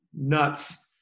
nuts